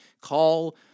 call